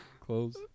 Close